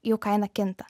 jų kaina kinta